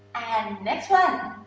and, next one,